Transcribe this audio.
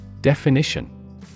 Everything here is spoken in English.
Definition